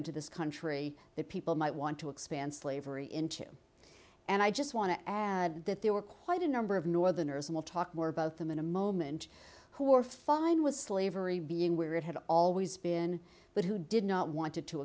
into this country that people might want to expand slavery into and i just want to add that there were quite a number of northerners we'll talk more about them in a moment who are fine with slavery being where it had always been but who did not want to to